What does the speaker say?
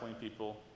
people